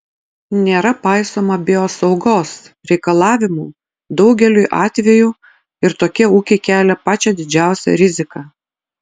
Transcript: nėra paisoma biosaugos reikalavimų daugeliu atvejų ir tokie ūkiai kelia pačią didžiausią riziką